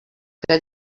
que